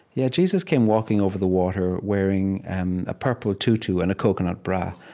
yeah, jesus came walking over the water wearing and a purple tutu and a coconut bra.